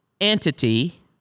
entity